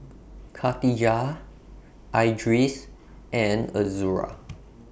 Khatijah Idris and Azura